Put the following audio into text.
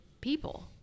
people